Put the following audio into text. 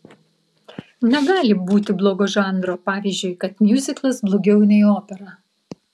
negali būti blogo žanro pavyzdžiui kad miuziklas blogiau nei opera